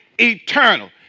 eternal